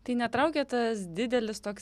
tai netraukė tas didelis toks